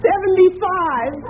Seventy-five